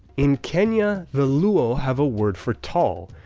in kenya the luo have a word for tall,